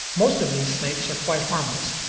most of these snakes are quite harmless,